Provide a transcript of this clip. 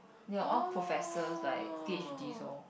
they are all professors like P_H_Ds lor